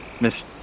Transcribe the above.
miss